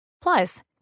Plus